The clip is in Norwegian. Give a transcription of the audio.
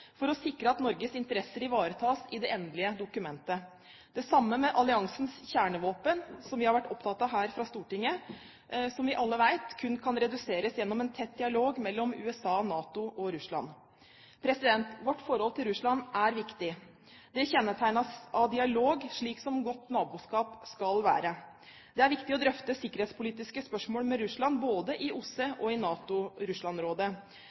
for å sikre at Norges interesser ivaretas i det endelige dokumentet. Det samme gjelder alliansens kjernevåpen, som vi har vært opptatt av her i Stortinget, som vi alle vet kun kan reduseres gjennom en tett dialog mellom USA, NATO og Russland. Vårt forhold til Russland er viktig. Det kjennetegnes av dialog, slik godt naboskap skal være. Det er viktig å drøfte sikkerhetspolitiske spørsmål med Russland, både i